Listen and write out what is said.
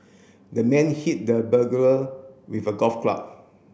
the man hit the burglar with a golf club